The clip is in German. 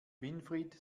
winfried